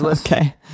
Okay